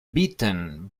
beaten